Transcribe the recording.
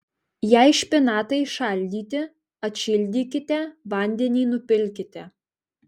jei špinatai šaldyti atšildykite vandenį nupilkite